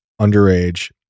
underage